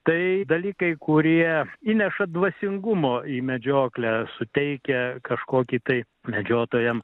tai dalykai kurie įneša dvasingumo į medžioklę suteikia kažkokį tai medžiotojam